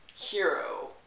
Hero